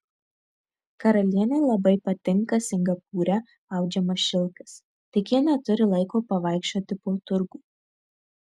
karalienei labai patinka singapūre audžiamas šilkas tik ji neturi laiko pavaikščioti po turgų